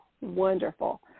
wonderful